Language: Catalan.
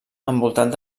envoltat